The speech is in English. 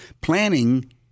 planning